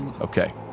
okay